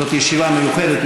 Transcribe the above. זאת ישיבה מיוחדת.